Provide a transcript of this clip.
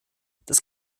das